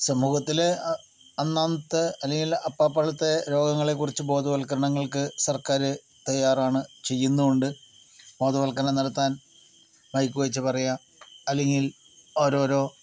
സമൂഹത്തിൽ അന്നന്നത്തെ അല്ലെങ്കിൽ അപ്പാഴപ്പോഴത്തെ രോഗങ്ങളെക്കുറിച്ച് ബോധവൽകരണങ്ങൾക്ക് സർക്കാർ തയ്യാറാണ് ചെയ്യുന്നുമുണ്ട് ബോധവൽക്കരണം നടത്താൻ മൈക്ക് വെച്ച് പറയുക അല്ലെങ്കിൽ ഓരോരോ